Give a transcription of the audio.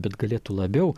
bet galėtų labiau